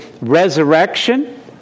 resurrection